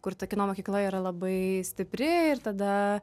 kur ta kino mokykla yra labai stipri ir tada